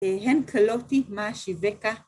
הן קלותי מה אשיבכה